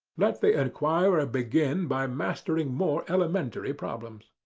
let the enquirer ah begin by mastering more elementary problems.